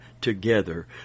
together